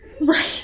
Right